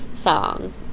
song